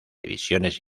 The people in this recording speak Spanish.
divisiones